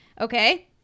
Okay